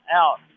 out